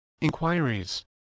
inquiries